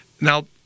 Now